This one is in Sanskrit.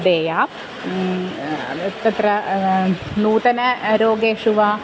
देया तत्र नूतनेषु रोगेषु वा